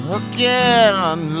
again